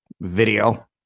video